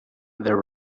there